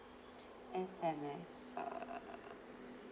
S_M_S err